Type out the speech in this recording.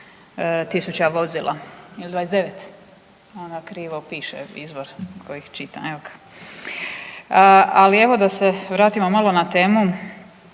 827.000 vozila ili 29, onda krivo piše izvor koji čitam. Ali evo da se vratimo malo na temu